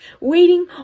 waiting